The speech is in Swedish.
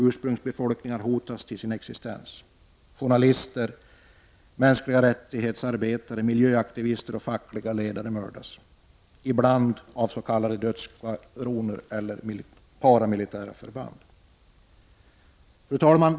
Ursprungsbefolkningar hotas till sin existens. Journalister, MR-arbetare, miljöaktivister och fackliga ledare mördas, ibland av s.k. dödsskvadroner eller paramilitära förband. Fru talman!